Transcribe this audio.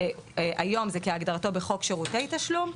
שהיום זה כהגדרתו בחוק שירותי תשלום,